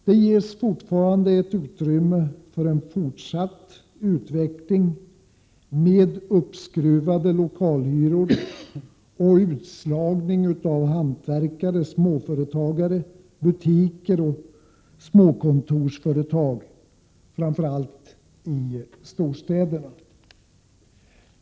Det ges fortfarande utrymme för en fortsatt utveckling med uppskruvade lokalhyror och utslagning av hantverkare, småföretagare, butiker och småkontorsföretagare framför allt i storstäderna.